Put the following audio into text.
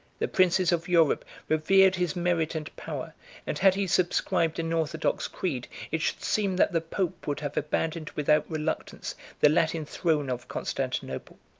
the princes of europe revered his merit and power and had he subscribed an orthodox creed, it should seem that the pope would have abandoned without reluctance the latin throne of constantinople.